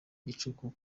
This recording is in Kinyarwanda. gicuku